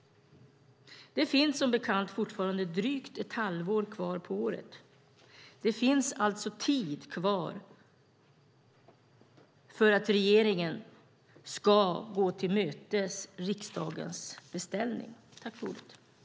Det är alltså drygt ett halvår kvar på året. Det finns således tid kvar för regeringen att gå riksdagens beställning till mötes.